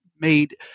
made